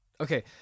Okay